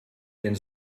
denn